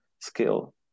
skill